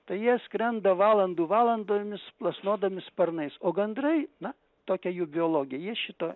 tai jie skrenda valandų valandomis plasnodami sparnais o gandrai na tokia jų biologija jie šito